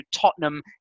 Tottenham